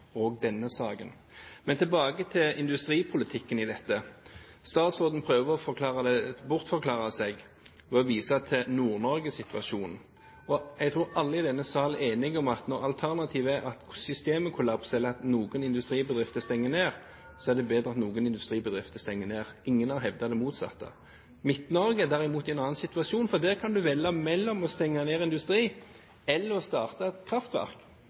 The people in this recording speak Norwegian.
også denne saken. Men tilbake til industripolitikken i dette. Statsråden prøver å bortforklare dette ved å vise til Nord-Norge-situasjonen. Jeg tror alle i denne salen er enige om at når alternativet er at systemet kollapser eller at noen industribedrifter stenger ned, så er det bedre at noen industribedrifter stenger ned. Ingen har hevdet det motsatte. Midt-Norge er derimot i en annen situasjon, for der kan en velge mellom å stenge ned industri eller starte et kraftverk, og